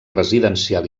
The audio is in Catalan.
residencial